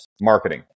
Marketing